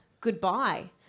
goodbye